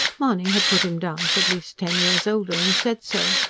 mahony had put him down for at least ten years older, and said so.